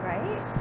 Right